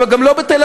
אבל גם לא בתל-אביב,